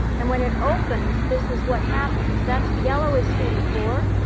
and when it opens, this is what happens. that's yellow is c d four.